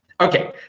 Okay